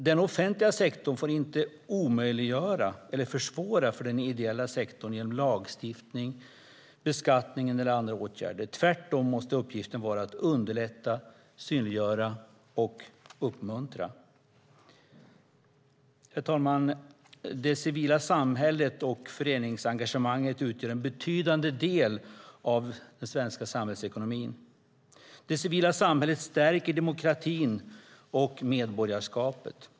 Den offentliga sektorn får inte omöjliggöra eller försvåra för den ideella sektorn genom lagstiftning, beskattning eller andra åtgärder. Tvärtom måste uppgiften vara att underlätta, synliggöra och uppmuntra. Herr talman! Det civila samhället och föreningsengagemanget utgör en betydande del av den svenska samhällsekonomin. Det civila samhället stärker demokratin och medborgarskapet.